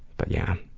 but yeah,